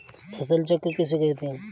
फसल चक्र किसे कहते हैं?